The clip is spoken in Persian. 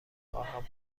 خواهم